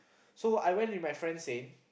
so I went with my friend Sein